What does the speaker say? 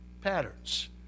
Patterns